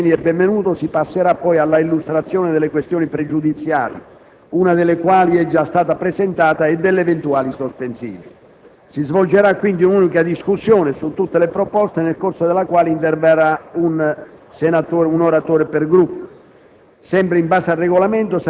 per primi i relatori Legnini e Benvenuto; si passerà poi all'illustrazione delle questioni pregiudiziali (una delle quali è già stata presentata) e delle eventuali sospensive. Si svolgerà quindi un'unica discussione su tutte le proposte, nel corso della quale potrà intervenire,